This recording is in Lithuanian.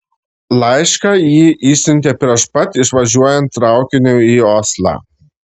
laišką ji išsiuntė prieš pat išvažiuojant traukiniui į oslą